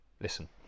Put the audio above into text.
Listen